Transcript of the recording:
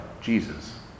Jesus